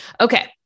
Okay